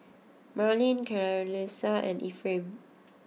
Marlene Clarisa and Ephraim